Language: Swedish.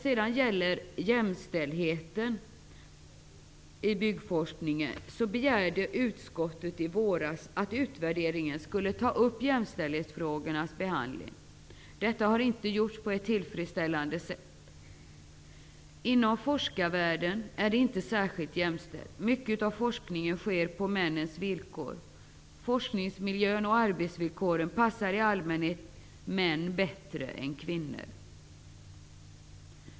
När det gäller jämställdheten i byggforskningen begärde utskottet i våras att jämställdhetsfrågornas behandling skulle tas upp i utvärderingen. Detta har inte gjorts på ett tillfredsställande sätt. Inom forskarvärlden är det inte särskilt jämställt. Mycket av forskningen sker på männens villkor, forskningsmiljön och arbetsvillkoren passar i allmänhet män bättre än kvinnor.